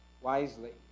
wisely